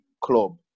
club